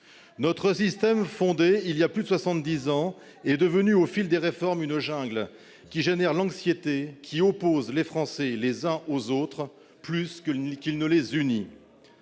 Notre système, fondé il y a plus de soixante-dix ans, est devenu au fil des réformes une jungle qui provoque l'anxiété et qui oppose les Français les uns aux autres plus qu'il ne les unit.